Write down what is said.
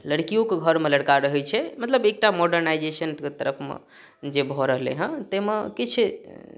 लड़कियोके घरमे लड़का रहै छै मतलब एकटा मॉडर्नाइजेशनके तरफमे जे भऽ रहलै हँ तैमे किछु